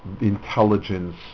Intelligence